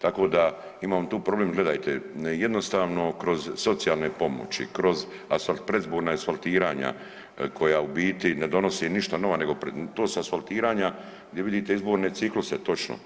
Tako da imamo tu problem, gledajte jednostavno kroz socijalne pomoći, kroz predizborna asfaltiranja koja u biti ne donose ništa nova, nego to su asfaltiranja gdje vidite izborne cikluse točno.